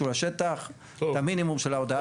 לשטח את המינימום של ההודעה צריך לתת.